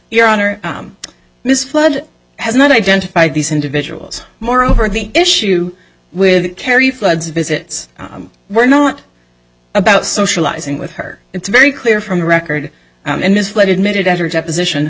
your honor this flood has not identified these individuals moreover the issue with kerry floods visits were not about socializing with her it's very clear from the record and misled admitted at her deposition